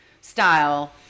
style